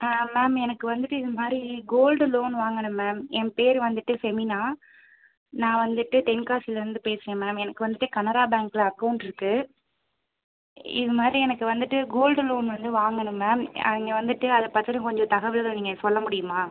ma'am எனக்கு வந்துட்டு இதுமாதிரி கோல்டு லோன் வாங்கனும் மேம் என் பேர் வந்துவிட்டு ஃபெமினா நான் வந்துவிட்டு தென்காசிலந்து பேசுகிறேன் மேம் எனக்கு வந்துவிட்டு கனரா பேங்க்கில் அக்கோண்ட்ருக்கு இதுமாதிரி எனக்கு வந்துவிட்டு கோல்டு லோன் வந்து வாங்கனும் மேம் இங்கே வந்துவிட்டு அதைப்பத்தின கொஞ்சம் தகவலை நீங்கள் சொல்ல முடியுமா